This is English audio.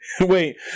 Wait